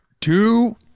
two